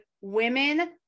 women